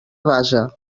base